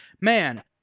man